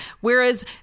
Whereas